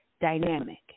dynamic